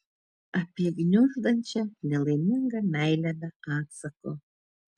apie gniuždančią nelaimingą meilę be atsako